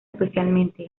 especialmente